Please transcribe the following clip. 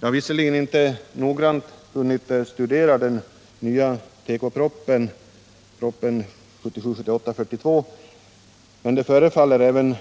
Jag har visserligen inte hunnit att noggrant studera den nya tekopropositionen, nr 1977/78:42, men det förefaller som